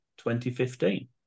2015